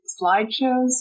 slideshows